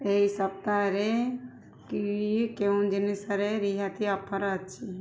ଏହି ସପ୍ତାହରେ କିୱି କେଉଁ ଜିନିଷରେ ରିହାତି ଅଫର୍ ଅଛି